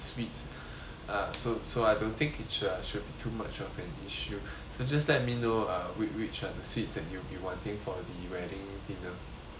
uh so so I don't think it should uh should be too much of an issue so just let me know uh whi~ which are the sweets thet you'll be wanting for the wedding dinner